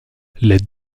les